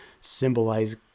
symbolize